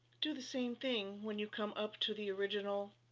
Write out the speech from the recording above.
do the same thing when you come up to the original